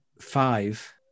five